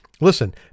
Listen